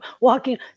walking